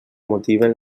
motiven